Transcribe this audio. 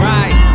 Right